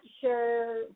sure